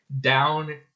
down